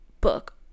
book